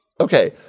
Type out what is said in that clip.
Okay